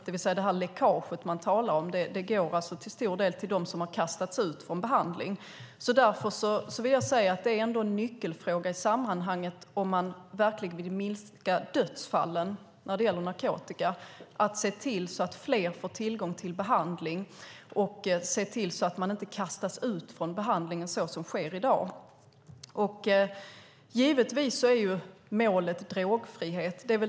Det läckage som det talas om går till stor del till dem som har kastats ut från behandlingen. En nyckelfråga när det gäller minskningen av dödsfall på grund av narkotikamissbruk är att se till att fler får tillgång till behandling och inte kastas ut från den. Givetvis är målet drogfrihet.